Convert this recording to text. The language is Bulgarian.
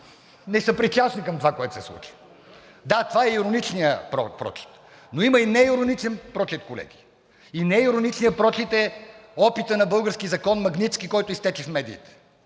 несъпричастни към това, което се случва. Да, това е ироничният прочит, но има и неироничен прочит, колеги, и неироничният прочит е опитът на българския закон „Магнитски“, който изтече в медиите